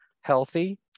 healthy